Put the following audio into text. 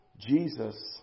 Jesus